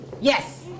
Yes